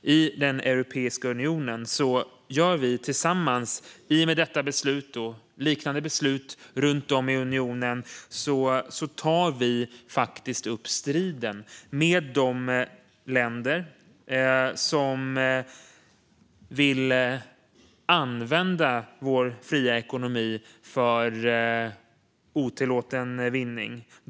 I Europeiska unionen tar vi, i och med detta och liknande beslut runt om i unionen, tillsammans upp striden mot de länder som vill använda vår fria ekonomi för otillåten vinning.